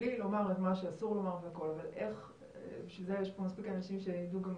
מבלי לומר את מה שאסור לומר וכולי יש פה מספיק אנשים שידעו גם